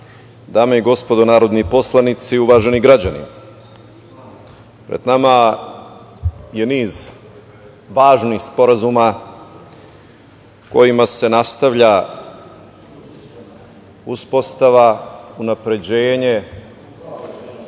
dame i gospodo narodni poslanici, uvaženi građani, pred nama je niz važnih sporazuma kojima se nastavlja uspostava, unapređenje